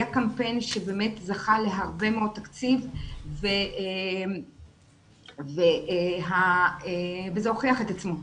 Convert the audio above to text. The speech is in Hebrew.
היה קמפיין שבאמת זכה להרבה מאוד תקציב וזה הוכיח את עצמו.